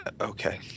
okay